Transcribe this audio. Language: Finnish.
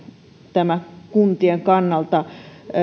tämä kuntien kannalta